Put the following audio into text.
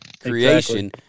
creation